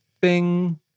bing